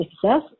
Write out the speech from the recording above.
success